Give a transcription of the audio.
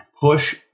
push